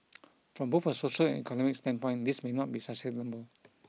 from both a social and economic standpoint this may not be sustainable